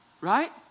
right